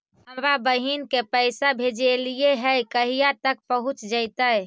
हमरा बहिन के पैसा भेजेलियै है कहिया तक पहुँच जैतै?